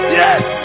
yes